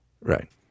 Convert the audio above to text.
right